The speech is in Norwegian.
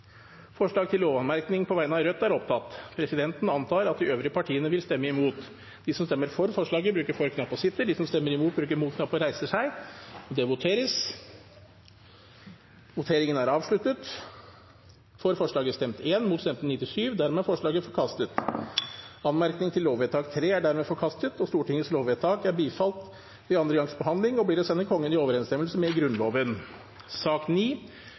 forslag på vegne av Rødt. Forslaget lyder: «Lovvedtaket bifalles ikke. Anmerkning: Lovvedtaket bør henlegges.» Presidenten antar at de øvrige partiene vil stemme imot. Anmerkningen til lovvedtak 2 er dermed forkastet, og Stortingets lovvedtak er bifalt ved andre gangs behandling og blir å sende Kongen i overensstemmelse med Grunnloven. Sak